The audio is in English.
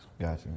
Gotcha